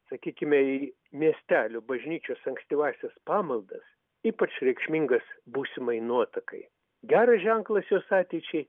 sakykime į miestelio bažnyčios ankstyvąsias pamaldas ypač reikšmingas būsimai nuotakai geras ženklas jos ateičiai